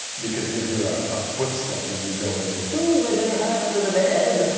because you hear a footstep, and you go into, oh i better hide under the bed.